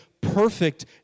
perfect